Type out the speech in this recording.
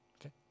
okay